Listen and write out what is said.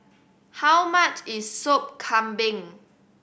how much is Sop Kambing